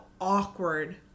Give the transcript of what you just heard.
awkward